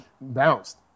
bounced